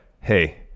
hey